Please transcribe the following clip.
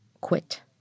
quit